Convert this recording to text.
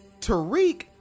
Tariq